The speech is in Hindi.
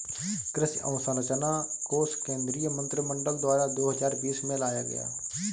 कृषि अंवसरचना कोश केंद्रीय मंत्रिमंडल द्वारा दो हजार बीस में लाया गया